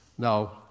Now